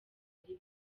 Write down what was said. bake